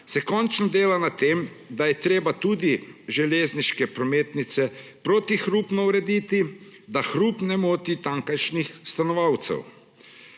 se končno dela na tem, da je treba tudi železniške prometnice protihrupno urediti, da hrup ne moti tamkajšnjih stanovalcev.